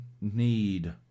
Need